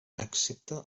excepte